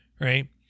Right